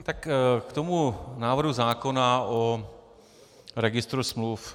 K tomu návrhu zákona o registru smluv.